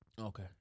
Okay